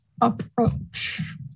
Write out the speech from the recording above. approach